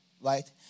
right